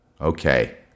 Okay